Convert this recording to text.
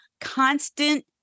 constant